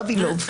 Vavilov,